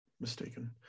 mistaken